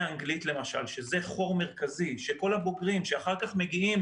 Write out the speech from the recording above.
האנגלית למשל שזה חור מרכזי שכל הבוגרים שאחר כך מגיעים